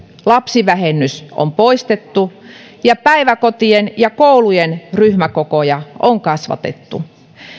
lapsivähennys on poistettu ja päiväkotien ja koulujen ryhmäkokoja on kasvatettu